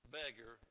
beggar